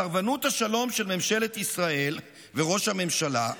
סרבנות השלום של ממשלת ישראל וראש הממשלה,